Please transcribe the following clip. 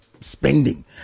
Spending